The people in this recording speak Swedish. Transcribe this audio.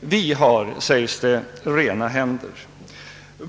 Vi har, sägs det, rena händer.